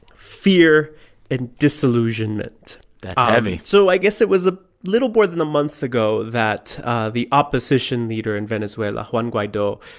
fear and disillusionment that's heavy so i guess it was a little more than a month ago that the opposition leader in venezuela, juan guaido,